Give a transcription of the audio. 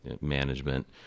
management